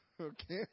Okay